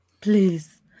Please